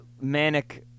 manic